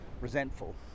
resentful